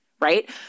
right